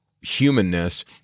humanness